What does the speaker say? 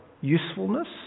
usefulness